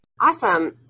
Awesome